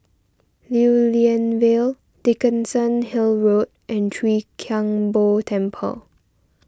Lew Lian Vale Dickenson Hill Road and Chwee Kang Beo Temple